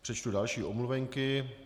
Přečtu další omluvenky.